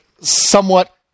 somewhat